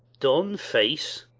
don face!